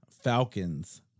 falcons